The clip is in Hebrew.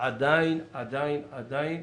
עדיין עדיין עדיין,